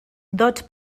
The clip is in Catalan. dots